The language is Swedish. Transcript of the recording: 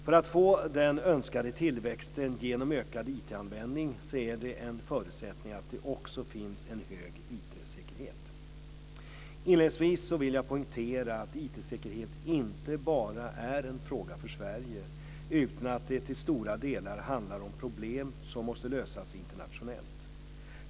För att få den önskade tillväxten genom ökad IT-användning är det en förutsättning att det också finns en hög IT säkerhet. Inledningsvis vill jag poängtera att IT-säkerhet inte bara är en fråga för Sverige, utan att det till stora delar handlar om problem som måste lösas internationellt.